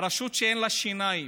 רשות שאין לה שיניים.